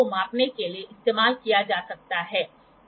तो हम रोशनी रोशन करने की कोशिश करते है यह बीम स्पलिटर है